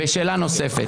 ושאלה נוספת,